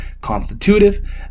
constitutive